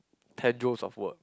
ten joules of work